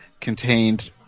contained